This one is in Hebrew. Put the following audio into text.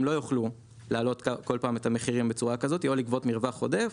הם לא יוכלו להעלות כל פעם את המחירים בצורה כזאת או לגבות מרווח עודף,